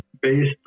based